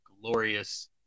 glorious